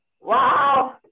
Wow